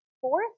Fourth